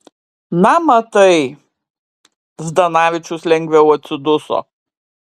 na matai zdanavičius lengviau atsiduso